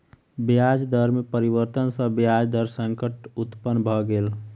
ब्याज दर में परिवर्तन सॅ ब्याज दर संकट उत्पन्न भ गेल